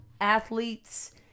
athletes